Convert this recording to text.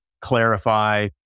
clarify